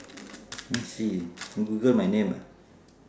let's see google my name ah